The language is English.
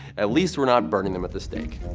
at least we're not burning them at the stake.